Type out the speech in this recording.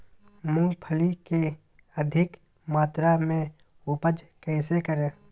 मूंगफली के अधिक मात्रा मे उपज कैसे करें?